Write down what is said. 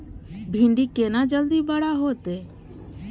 भिंडी केना जल्दी बड़ा होते?